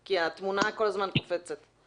בעירייה עם המון עצים והמון עצים ותיקים